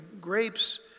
grapes